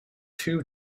two